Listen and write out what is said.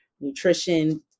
nutrition